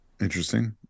Interesting